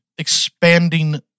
expanding